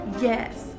Yes